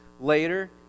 later